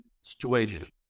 situation